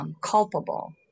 culpable